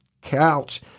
couch